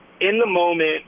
in-the-moment